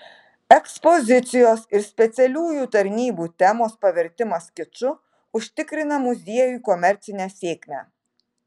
ekspozicijos ir specialiųjų tarnybų temos pavertimas kiču užtikrina muziejui komercinę sėkmę